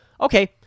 okay